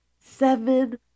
seven